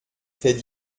faits